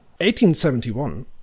1871